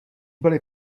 byly